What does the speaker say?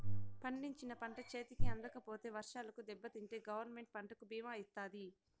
పండించిన పంట చేతికి అందకపోతే వర్షాలకు దెబ్బతింటే గవర్నమెంట్ పంటకు భీమా ఇత్తాది